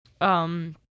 um-